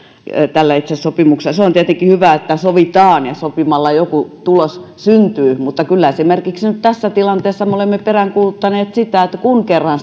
tällä itse sopimuksella olisi se on tietenkin hyvä että sovitaan ja sopimalla joku tulos syntyy mutta kyllä esimerkiksi nyt tässä tilanteessa me olemme peräänkuuluttaneet sitä että kun kerran